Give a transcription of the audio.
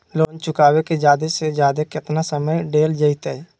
Loan चुकाबे के जादे से जादे केतना समय डेल जयते?